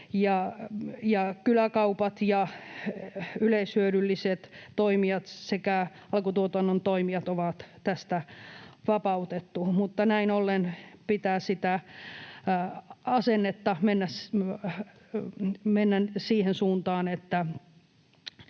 kyläkaupat ja yleishyödylliset toimijat sekä alkutuotannon toimijat on tästä vapautettu. Mutta näin ollen pitää sen asenteen mennä siihen suuntaan, että